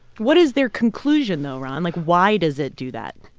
what is their conclusion, though, ron? like, why does it do that?